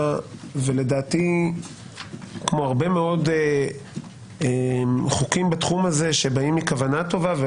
לדעתי כמו הרבה מאוד חוקים בתחום הזה שבאים מכוונה טובה,